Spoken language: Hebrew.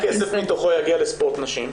כמה כסף מתוכו יגיע לספורט נשים?